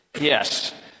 Yes